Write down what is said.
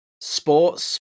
sports